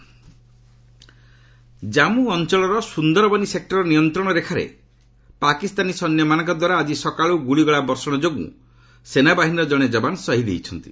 JK LOC Jammu ଅଞ୍ଚଳର ସୁନ୍ଦରବନୀ ସେକ୍ଟରର ନିୟନ୍ତ୍ରଣ ରେଖାରେ ପାକିସ୍ତାନୀ ସୈନ୍ୟମାନଙ୍କଦ୍ୱାରା ଆକ୍ରି ସକାଳୁ ଗୁଳିଗୋଳା ବର୍ଷଣ ଯୋଗୁଁ ସେନାବାହିନୀର ଜଣେ ଯବାନ ଶହୀଦ୍ ହୋଇଛନ୍ତି